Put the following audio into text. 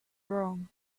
wrong